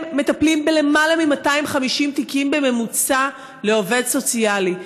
הם מטפלים בלמעלה מ-250 תיקים בממוצע לעובד סוציאלי.